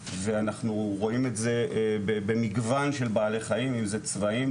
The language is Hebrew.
ואנחנו רואים את זה במגוון של בעלי חיים אם זה צבאים,